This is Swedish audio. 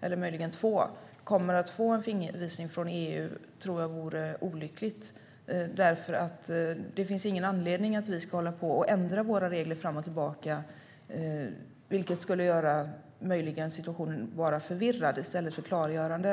eller två kommer att få en fingervisning från EU. Det finns nämligen inte någon anledning för oss att hålla på och ändra våra regler fram och tillbaka. Det skulle möjligen bara göra situationen förvirrad i stället för klargörande.